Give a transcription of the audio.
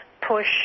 push